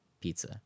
Pizza